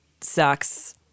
sucks